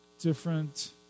Different